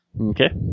Okay